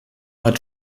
hat